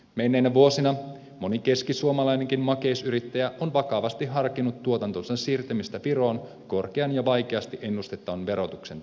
menneinä vuosina moni keskisuomalainenkin makeisyrittäjä on vakavasti harkinnut tuotantonsa siirtämistä viroon korkean ja vaikeasti ennustettavan verotuksen takia